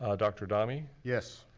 ah dr. adame. yes.